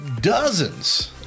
dozens